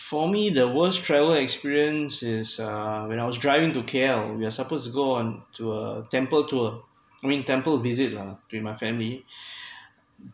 for me the worst traivel experiences uh when I was driving to K_L we are supposed to go on to a temple tour I mean temple visit lah with my family